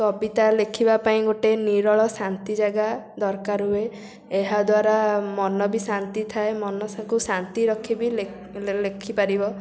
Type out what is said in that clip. କବିତା ଲେଖିବା ପାଇଁ ଗୋଟେ ନିରୋଳା ଶାନ୍ତି ଜାଗା ଦରକାର ହୁଏ ଏହା ଦ୍ୱାରା ମନ ବି ଶାନ୍ତି ଥାଏ ମନସକୁ ଶାନ୍ତି ରଖି ବି ଲେଖି ପାରିବ